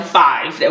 five